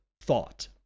thought